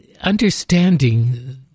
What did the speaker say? understanding